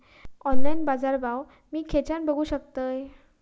Online बाजारभाव मी खेच्यान बघू शकतय?